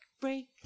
break